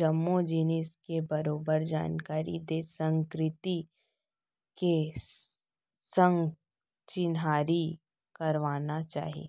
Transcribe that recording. जम्मो जिनिस के बरोबर जानकारी देत संस्कृति के संग चिन्हारी करवाना चाही